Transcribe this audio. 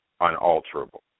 unalterable